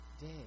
day